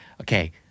Okay